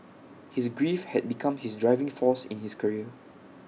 his grief had become his driving force in his career